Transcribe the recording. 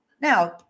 Now